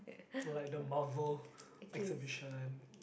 like the marvel exhibition